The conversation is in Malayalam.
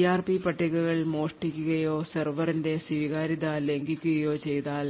സിആർപി പട്ടികകൾ മോഷ്ടിക്കപ്പെടുകയോ സെർവറിന്റെ സ്വകാര്യത ലംഘിക്കുകയോ ചെയ്താൽ